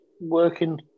working